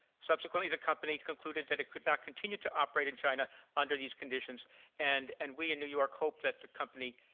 subsequently, the company concluded it could not continue to operate in china under these conditions and and we in new york hope that the company